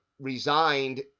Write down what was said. resigned